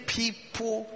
people